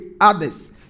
others